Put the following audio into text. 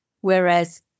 Whereas